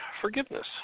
forgiveness